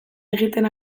egiten